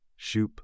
Shoup